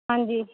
ਹਾਂਜੀ